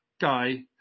guy